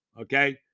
okay